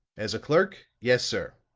as a clerk, yes, sir.